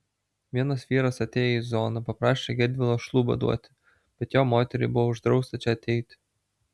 vienas vyras atėjo į zoną paprašė gedvilo šliūbą duoti bet jo moteriai buvo uždrausta čia ateiti